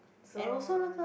so um